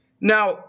Now